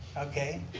okay.